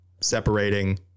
separating